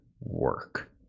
work